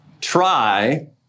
try